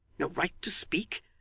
no right to speak?